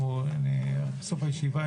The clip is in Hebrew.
בסוף הישיבה,